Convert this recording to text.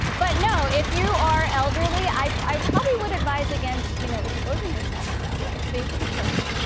but no, if you are elderly, i i probably would advise against, you know, exposing yourself in that way so you have to be careful.